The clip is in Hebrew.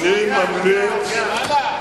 ואני ממליץ, מה זה, בצהרי יום.